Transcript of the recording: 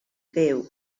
fyw